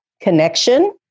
connection